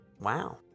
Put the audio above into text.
Wow